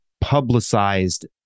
publicized